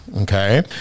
okay